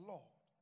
Lord